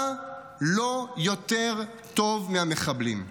אתה לא יותר טוב מהמחבלים.